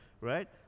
right